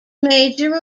major